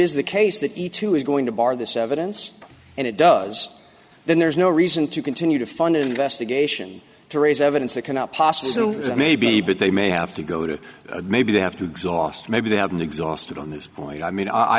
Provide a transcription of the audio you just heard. is the case that the two is going to bar this evidence and it does then there is no reason to continue to fund an investigation to raise evidence that cannot possible maybe but they may have to go to maybe they have to exhaust maybe they haven't exhausted on this point i mean i